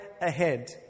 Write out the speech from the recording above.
ahead